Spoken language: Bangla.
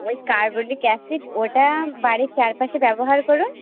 ওই কার্বলিক অ্যাসিড ওটা বাড়ির চারপাশে ব্যবহার করুন